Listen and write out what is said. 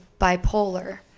bipolar